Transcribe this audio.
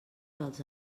dels